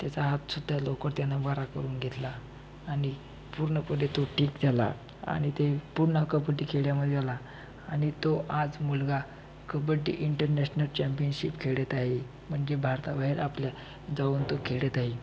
त्याचा हातसुद्धा लवकर त्यानं बरा करून घेतला आणि पूर्णपणे तो ठीक झाला आणि ते पुन्हा कबड्डी खेळामध्ये आला आणि तो आज मुलगा कबड्डी इंटरनॅशनल चॅम्पियनशिप खेळत आहे म्हणजे भारताबाहेर आपल्या जाऊन तो खेळत आहे